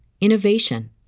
innovation